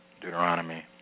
Deuteronomy